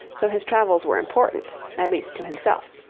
so his travels were important, at least to himself.